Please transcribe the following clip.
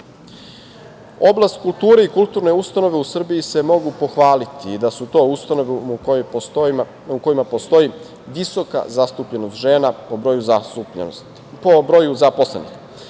kulture i kulturne ustanove u Srbiji se mogu pohvaliti da su to ustanove u kojima postoji visoka zastupljenost žena po broju zaposlenih,